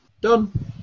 Done